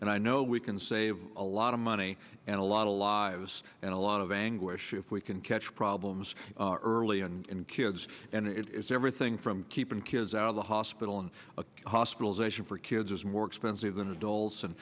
and i know we can save a lot of money and a lot of lives and a lot of anguish if we can catch problems early and kids and it is everything from keeping kids out of the hospital and a hospitalization for kids is more expensive than adults and